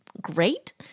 great